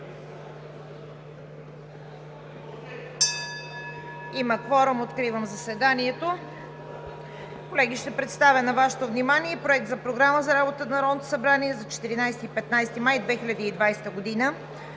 Има кворум. Откривам заседанието. Колеги, ще представя на Вашето внимание Проект за програма на Народното събрание за 14 – 15 май 2020 г.: „1.